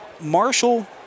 Marshall